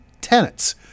tenets